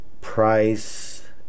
Price